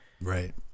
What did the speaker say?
Right